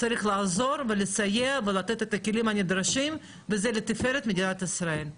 צריך לעזור ולסייע ולתת את הכלים הנדרשים וזה לתפארת מדינת ישראל.